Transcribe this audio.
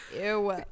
Ew